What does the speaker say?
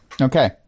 Okay